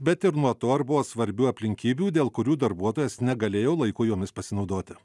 bet ir nuo to ar buvo svarbių aplinkybių dėl kurių darbuotojas negalėjo laiku jomis pasinaudoti